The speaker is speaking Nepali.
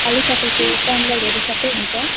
खाली तपाईँको पेन्डलहरू सबै हुन्छ